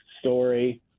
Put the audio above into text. story